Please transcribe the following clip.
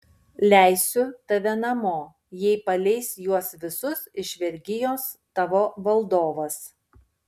leisiu tave namo jei paleis juos visus iš vergijos tavo valdovas